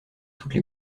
toutes